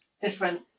different